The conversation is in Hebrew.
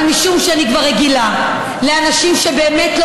אבל משום שאני כבר רגילה לאנשים שבאמת לא